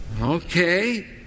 Okay